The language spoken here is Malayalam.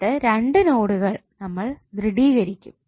എന്നിട്ട് രണ്ട് നോടുകൾ നമ്മൾ ദൃഢീകരിക്കും